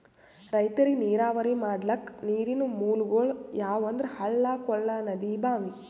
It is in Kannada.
ರೈತರಿಗ್ ನೀರಾವರಿ ಮಾಡ್ಲಕ್ಕ ನೀರಿನ್ ಮೂಲಗೊಳ್ ಯಾವಂದ್ರ ಹಳ್ಳ ಕೊಳ್ಳ ನದಿ ಭಾಂವಿ